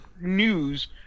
news